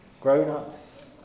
grown-ups